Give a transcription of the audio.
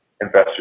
investors